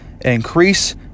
increase